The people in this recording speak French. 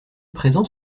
présent